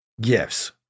gifts